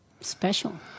special